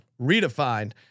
Redefined